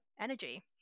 energy